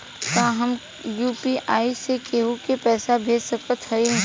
का हम यू.पी.आई से केहू के पैसा भेज सकत हई?